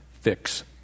fix